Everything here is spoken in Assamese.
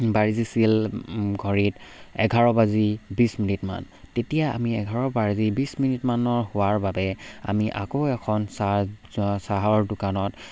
বাজিছিল ঘড়ীত এঘাৰ বাজি বিছ মিনিটমান তেতিয়া আমি এঘাৰ বাজি বিছ মিনিটমানৰ হোৱাৰ বাবে আমি আকৌ এখন চাহ চাহৰ দোকানত